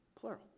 Plural